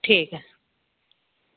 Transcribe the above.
ठीक ऐ